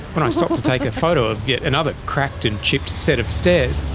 when i stop to take a photo of yet another cracked and chipped set of stairs,